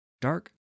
Dark